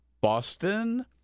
Boston